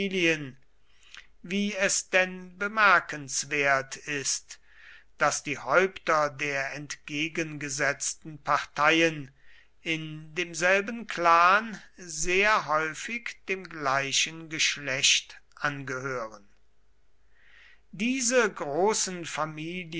wie es denn bemerkenswert ist daß die häupter der entgegengesetzten parteien in demselben clan sehr häufig dem gleichen geschlecht angehören diese großen familien